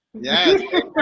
Yes